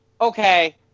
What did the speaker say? okay